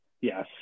yes